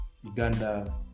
Uganda